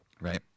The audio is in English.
right